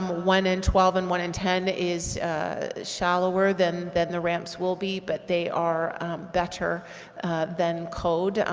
one and twelve, and one and ten is ah shallower than than the ramps will be, but they are better than code.